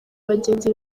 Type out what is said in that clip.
bagenzi